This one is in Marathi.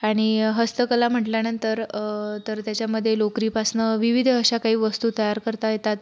आणि हस्तकला म्हटल्यानंतर तर त्याच्यामध्ये लोकरीपासनं विविध अशा काही वस्तू तयार करता येतात